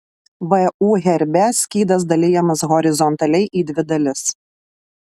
vu herbe skydas dalijamas horizontaliai į dvi dalis